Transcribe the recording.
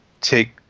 take